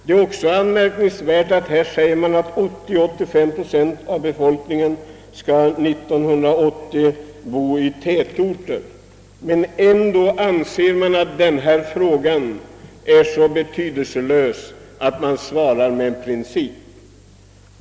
Det är också anmärkningsvärt att man i svaret uttalar, att »80 å 85 procent av befolkningen 1980 kommer att bo i tätorter» men ändå anser att denna fråga är så betydelselös att man endast hänvisar till en princip.